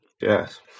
Yes